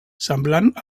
semblant